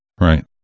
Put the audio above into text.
Right